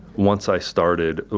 once i started.